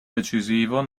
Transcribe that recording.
decisivo